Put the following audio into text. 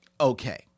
okay